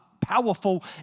powerful